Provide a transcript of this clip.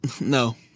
No